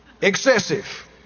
Excessive